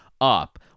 up